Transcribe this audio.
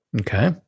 Okay